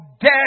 dead